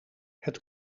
het